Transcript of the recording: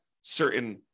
certain